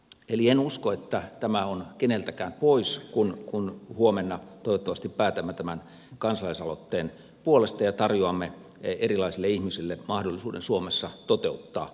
eli en usko että tämä on keneltäkään pois kun huomenna toivottavasti päätämme tämän kansalaisaloitteen puolesta ja tarjoamme erilaisille ihmisille mahdollisuuden suomessa toteuttaa unelmiaan